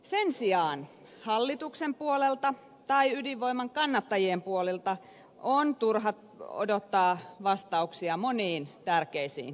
sen sijaan hallituksen puolelta tai ydinvoiman kannattajien puolelta on turha odottaa vastauksia moniin tärkeisiin kysymyksiin